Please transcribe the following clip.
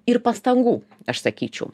ir pastangų aš sakyčiau